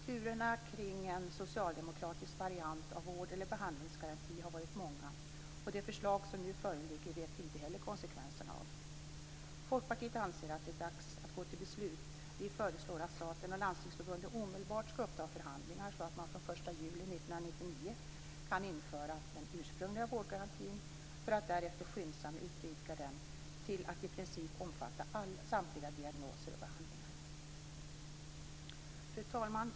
Turerna kring en socialdemokratisk variant av vård eller behandlingsgaranti har varit många, och det förslag som nu föreligger vet vi inte heller konsekvenserna av. Folkpartiet anser att det är dags att gå till beslut. Vi föreslår att staten och Landstingsförbundet omedelbart skall uppta förhandlingar så att man den 1 juli 1999 kan införa den ursprungliga vårdgarantin, för att därefter skyndsamt utvidga den till att i princip omfatta samtliga diagnoser och behandlingar. Fru talman!